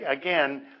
again